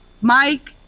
Mike